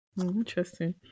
Interesting